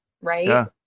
Right